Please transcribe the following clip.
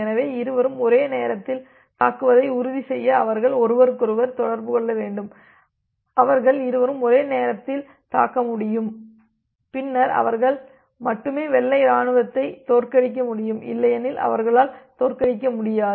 எனவே இருவரும் ஒரே நேரத்தில் தாக்குவதை உறுதி செய்ய அவர்கள் ஒருவருக்கொருவர் தொடர்பு கொள்ள வேண்டும் அவர்கள் இருவரும் ஒரே நேரத்தில் தாக்க முடியும் பின்னர் அவர்கள் மட்டுமே வெள்ளை இராணுவத்தை தோற்கடிக்க முடியும் இல்லையெனில் அவர்களால் தோற்கடிக்க முடியாது